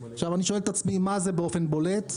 אני שואל את עצמי מה זה באופן בולט?